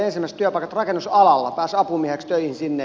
pääsi apumieheksi töihin sinne